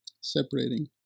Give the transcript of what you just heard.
separating